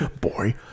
Boy